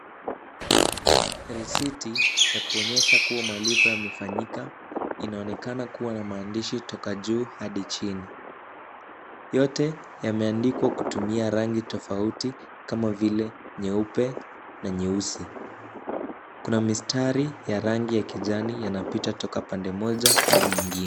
Risiti ya kuonyesha kuwa malipo yamefanyika inaonekana kuwa na maandishi toka juu hadi chini. Yote yameandikwa kutumia rangi tofauti kama vile nyeupe na nyeusi. Kuna mistari ya rangi ya kijani yanapita toka pande moja hadi nyingine.